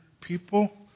people